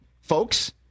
folks